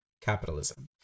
capitalism